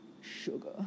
Sugar